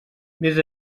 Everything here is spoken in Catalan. més